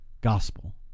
gospel